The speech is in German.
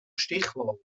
stichwahl